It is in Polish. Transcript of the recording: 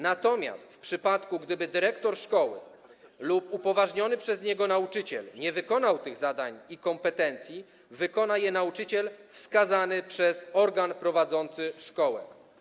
Natomiast w przypadku, gdyby dyrektor szkoły lub upoważniony przez niego nauczyciel nie wykonali tych zadań i kompetencji, wykona je nauczyciel wskazany przez organ prowadzący szkołę.